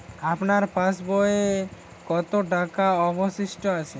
আমার পাশ বইয়ে কতো টাকা অবশিষ্ট আছে?